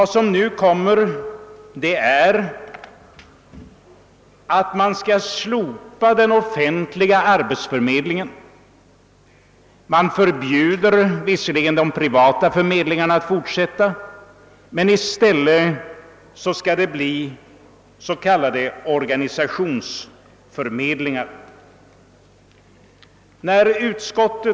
Det innebär ett slopande av den offentliga arbetsförmedlingen. Visserligen förbjudes de privata förmedlarna att fortsätta sin verksamhet, men i stället skall de s.k. organisationsförmedlingarna överta verksamheten.